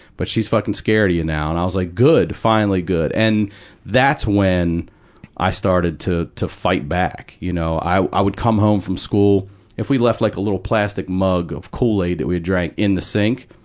but she's fucking scared of you now. and i was like, good. finally. good. and that's when i started to, to fight back, you know. i i would come home from school if we left like a little plastic mug of kool-aid that we drank in the sink,